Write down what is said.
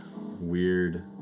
weird